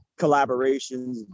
collaborations